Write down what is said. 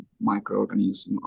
microorganisms